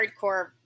hardcore